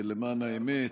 למען האמת,